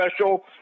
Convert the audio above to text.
special